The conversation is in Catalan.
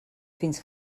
fins